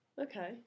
Okay